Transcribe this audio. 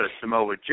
Samoa